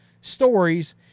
stories